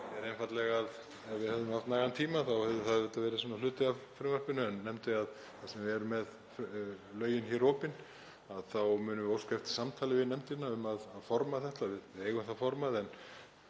er einfaldlega að ef við hefðum haft nægan tíma þá hefði það auðvitað verið hluti af frumvarpinu en nefndi að þar sem við erum með lögin hér opin þá munum við óska eftir samtali við nefndina um að forma þetta. Við eigum það formað en